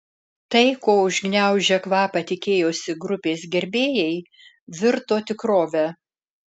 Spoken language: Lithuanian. tai ko užgniaužę kvapą tikėjosi grupės gerbėjai virto tikrove